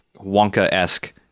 Wonka-esque